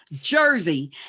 jersey